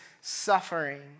suffering